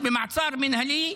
במעצר מנהלי,